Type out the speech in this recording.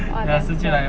what the